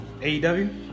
AEW